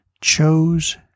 chose